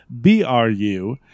B-R-U